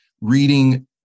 reading